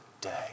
day